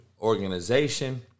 organization